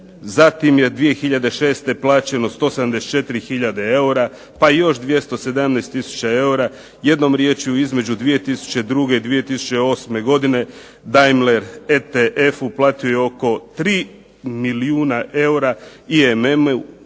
zatim je 2006. plaćeno 174 tisuće eura pa još 217 tisuća eura. Jednom riječju između 2002. i 2008. godine Daimler je ETF je platio oko tri milijuna eura, IM